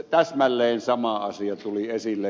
täsmälleen sama asia tuli esille